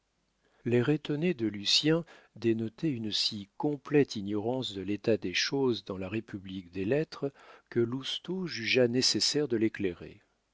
l'air étonné de lucien dénotait une si complète ignorance de l'état des choses dans la république des lettres que lousteau jugea nécessaire de l'éclairer